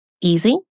easy